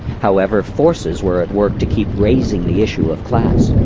however, forces were at work to keep raising the issue of class.